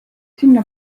sinna